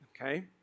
Okay